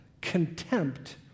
contempt